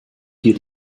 hier